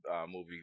movie